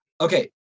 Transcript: Okay